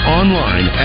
online